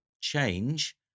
change